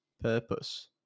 purpose